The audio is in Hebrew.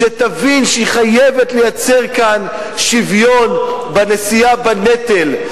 שתבין שהיא חייבת לייצר כאן שוויון בנשיאה בנטל.